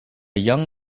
young